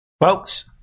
Folks